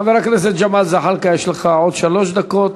חבר הכנסת ג'מאל זחאלקה, יש לך עוד שלוש דקות,